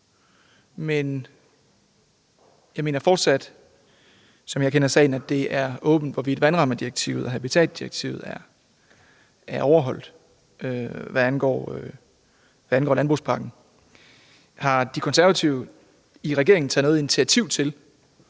Men jeg mener fortsat, som jeg kender sagen, at det er åbent, hvorvidt vandrammedirektivet og habitatdirektivet er overholdt, hvad angår landbrugspakken. Har De Konservative i regeringen taget noget initiativ til,